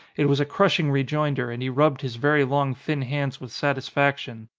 it was a crushing rejoinder and he rubbed his very long thin hands with satisfaction.